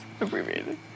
abbreviated